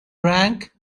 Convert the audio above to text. rank